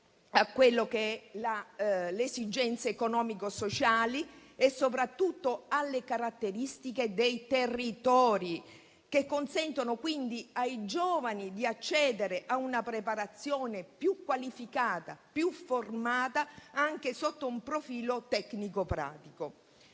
alle esigenze economico sociali e soprattutto alle caratteristiche dei territori. Tali contenuti consentono, quindi, ai giovani di accedere a una preparazione più qualificata, più formata, anche sotto un profilo tecnico e pratico.